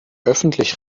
öffentlich